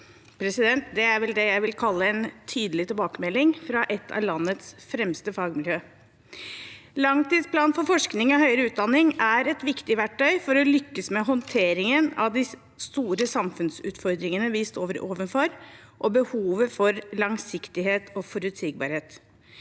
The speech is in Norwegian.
Det er det jeg vil kalle en tydelig tilbakemelding fra et av landets fremste fagmiljøer. Langtidsplanen for forskning og høyere utdanning er et viktig verktøy for å lykkes med håndteringen av de store samfunnsutfordringene vi står overfor, og behovet for langsiktighet og forutsigbarhet.